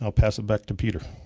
ah pass it back to peter.